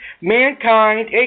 Mankind